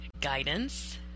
guidance